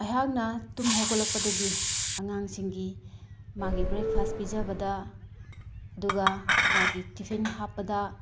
ꯑꯩꯍꯥꯛꯅ ꯇꯨꯝ ꯍꯧꯒꯠꯂꯛꯄꯗꯒꯤ ꯑꯉꯥꯡꯁꯤꯡꯒꯤ ꯃꯥꯒꯤ ꯕ꯭ꯔꯦꯛꯐꯥꯁ ꯄꯤꯖꯕꯗ ꯑꯗꯨꯒ ꯃꯥꯒꯤ ꯇꯤꯐꯤꯟ ꯍꯥꯞꯄꯗ